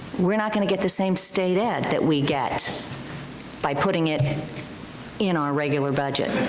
we're not gonna get the same state ed that we get by putting it and in our regular budget.